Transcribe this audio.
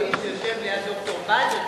"האיש שיושב ליד ד"ר בדר",